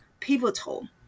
pivotal